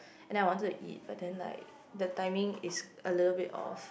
and then I wanted to it but then like the timing is a little bit off